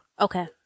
Okay